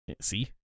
See